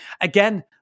again